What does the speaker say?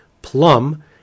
plum